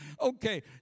Okay